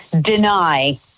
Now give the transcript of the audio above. deny